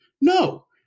no